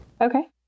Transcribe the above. okay